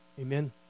Amen